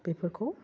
बेफोरखौ